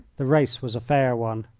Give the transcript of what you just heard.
the race was a fair one.